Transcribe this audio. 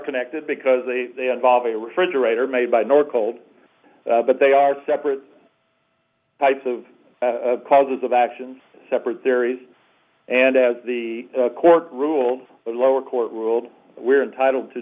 connected because they involve a refrigerator made by nor called but they are separate types of causes of actions separate theories and as the court ruled the lower court ruled were entitled to